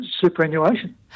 superannuation